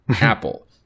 Apple